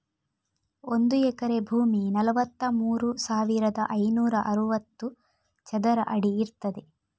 ಒಂದು ಎಕರೆ ಭೂಮಿ ನಲವತ್ತಮೂರು ಸಾವಿರದ ಐನೂರ ಅರವತ್ತು ಚದರ ಅಡಿ ಇರ್ತದೆ